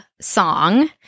song